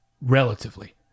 relatively